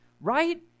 Right